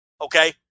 Okay